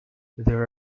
there